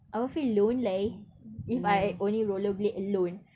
I will feel lonely if I only roller blade alone